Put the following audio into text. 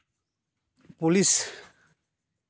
police